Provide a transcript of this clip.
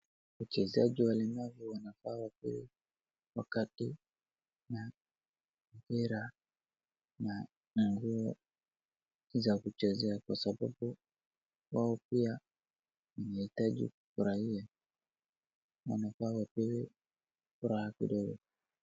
Wachezaji walemavu wanafaa wapewe mpira na nguo za kuchezea kwa sababu wao pia wanahitaji kufurahia, wanfaa wapewe furaha kidogo.